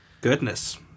Goodness